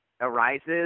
arises